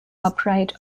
upright